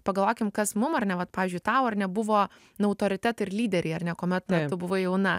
pagalvokim kas mums ar ne vat pavyzdžiui tau ar nebuvo na autoritetai ir lyderiai ar ne kuomet tu buvai jauna